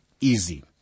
easy